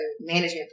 management